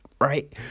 right